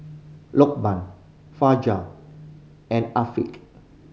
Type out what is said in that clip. Lokman Fajar and Afiq